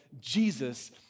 Jesus